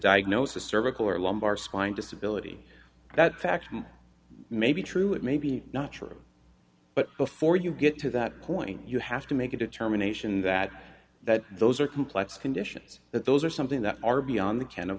diagnose a cervical or lumbar spine disability that fact may be true it may be not true but before you get to that point you have to make a determination that that those are complex conditions that those are something that are beyond the ken of